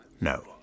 No